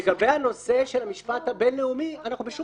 לגבי הנושא של המשפט הבינלאומי אנחנו בשום